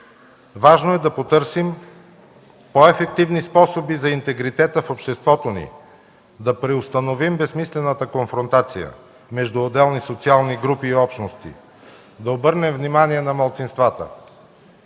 Важно е да потърсим по-ефективни способи за интегритета в обществото ни, да преустановим безсмислената конфронтация между отделни социални групи и общности, да обърнем внимание на малцинствата.